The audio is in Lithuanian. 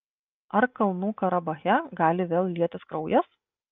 ar kalnų karabache gali vėl lietis kraujas